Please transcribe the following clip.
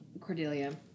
Cordelia